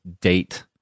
date